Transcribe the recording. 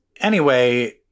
Anyway-